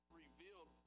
revealed